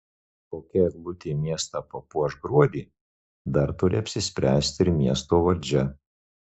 kokia eglutė miestą papuoš gruodį dar turi apsispręsti ir miesto valdžia